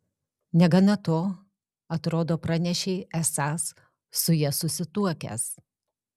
negana to atrodo pranešei esąs su ja susituokęs